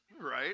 right